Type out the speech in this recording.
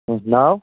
تُہُنٛد ناو